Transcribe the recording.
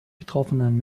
betroffenen